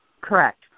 Correct